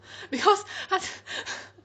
cause cause